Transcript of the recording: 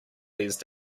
these